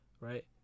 right